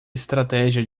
estratégia